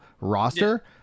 roster